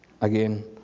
again